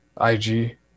IG